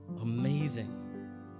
amazing